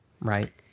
Right